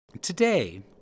Today